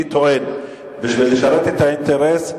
אני טוען שבשביל לשרת את האינטרס,